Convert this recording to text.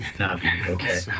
Okay